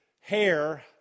hair